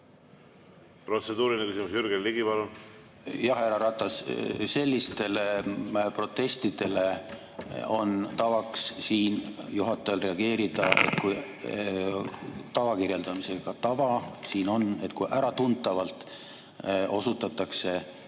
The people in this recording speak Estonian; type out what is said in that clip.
Protseduuriline küsimus, Jürgen Ligi, palun! Jah, härra Ratas, sellistele protestidele on tavaks siin juhatajal reageerida tava kirjeldamisega. Tava siin on, et kui äratuntavalt osutatakse